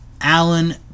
Alan